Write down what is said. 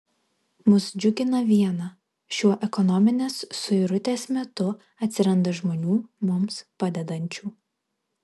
mus džiugina viena šiuo ekonominės suirutės metu atsiranda žmonių mums padedančių